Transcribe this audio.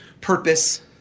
purpose